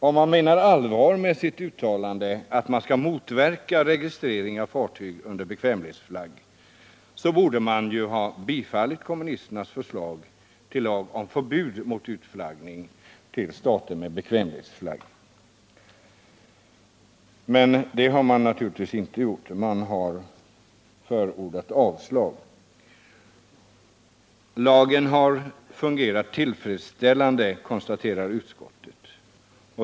Om man menade allvar med sitt uttalande att registrering av fartyg under bekvämlighetsflagg skall motverkas, så borde man ha tillstyrkt kommunisternas förslag till lag om förbud mot utflaggning till stater med bekvämlighetsflagg. Men det har man naturligtvis inte gjort — man har förordat avslag. Lagen har fungerat tillfredsställande, konstaterar utskottet.